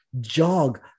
jog